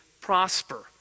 prosper